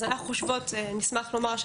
אז נשמח לומר,